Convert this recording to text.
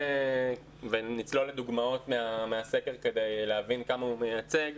ונצלול לדוגמאות מהסקר כדי להבין כמה הוא מייצג.